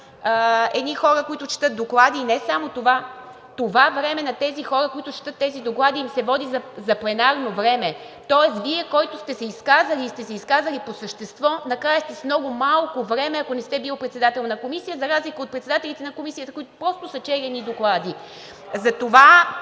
едни хора, които четат доклади, и не само това. Това време на тези хора, които четат докладите, им се води за пленарно време. Тоест Вие, който сте се изказали и сте се изказали по същество, накрая сте с много малко време, ако не сте били председател на комисия, за разлика от председателите на комисията, които просто са чели едни доклади.